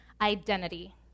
identity